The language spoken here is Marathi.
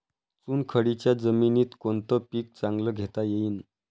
चुनखडीच्या जमीनीत कोनतं पीक चांगलं घेता येईन?